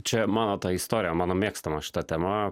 čia mano ta istorija mano mėgstama šita tema